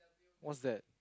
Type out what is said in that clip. what's that